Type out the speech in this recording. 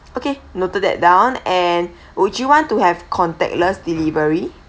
okay noted that down and would you want to have contactless delivery